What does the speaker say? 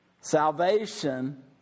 salvation